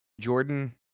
Jordan